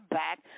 back